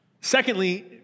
secondly